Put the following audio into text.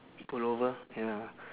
pullover ya